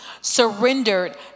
surrendered